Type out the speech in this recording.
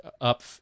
up